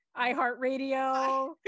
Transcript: iHeartRadio